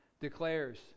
declares